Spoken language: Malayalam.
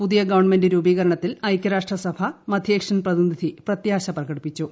പുതിയ ഗവൺമെന്റ് രൂപീകരണത്തിൽ ഐകൃരാഷ്ട്രസഭ മധ്യേഷ്യൻ പ്രതിനിധി പ്രത്യാശ പ്രകടിപ്പിച്ചു